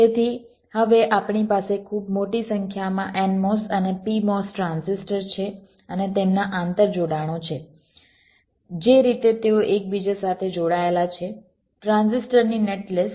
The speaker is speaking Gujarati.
તેથી હવે આપણી પાસે ખૂબ મોટી સંખ્યામાં nMOS અને pMOS ટ્રાન્ઝિસ્ટર છે અને તેમના આંતરજોડાણો છે જે રીતે તેઓ એકબીજા સાથે જોડાયેલા છે ટ્રાન્ઝિસ્ટરની નેટલિસ્ટ